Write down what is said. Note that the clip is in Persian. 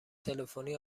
تلفنی